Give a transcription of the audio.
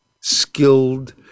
skilled